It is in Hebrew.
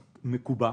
מקובע,